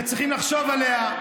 וצריך לחשוב עליה,